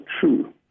true